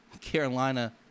Carolina